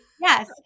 Yes